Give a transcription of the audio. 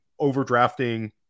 overdrafting